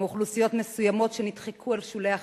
מאוכלוסיות מסוימות, שנדחקו אל שולי החברה.